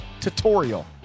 tutorial